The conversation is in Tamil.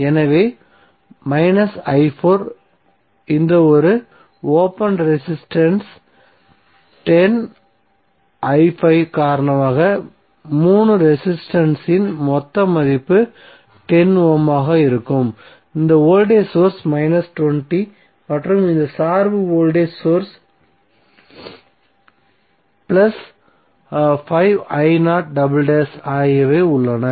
எனவே இந்த ஒரு ஓபன் ரெசிஸ்டன்ஸ் காரணமாக 3 ரெசிஸ்டன்ஸ் இன் மொத்த மதிப்பு 10 ஓம் ஆக இருக்கும் இந்த வோல்டேஜ் சோர்ஸ் இற்கு மற்றும் இந்த சார்பு வோல்டேஜ் சோர்ஸ் ஆகியவை உள்ளன